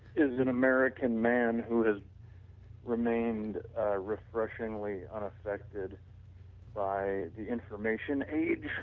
is an american man who has remained refreshingly unaffected by the information age,